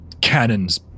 cannons